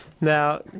Now